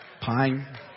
Pine